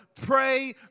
pray